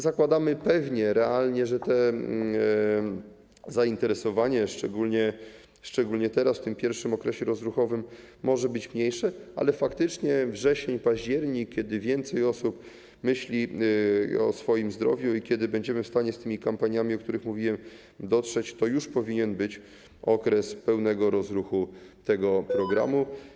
Zakładamy pewnie realnie, że to zainteresowanie, szczególnie teraz, w pierwszym okresie rozruchowym, może być mniejsze, ale faktycznie wrzesień-październik, kiedy więcej osób myśli o swoim zdrowiu i kiedy będziemy w stanie z tymi kampaniami, o których mówiłem, do nich dotrzeć, to już powinien być okres pełnego rozruchu tego programu.